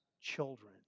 children